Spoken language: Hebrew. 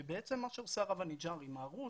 ובעצם מה שעושה הרב אניג'ר עם הערוץ,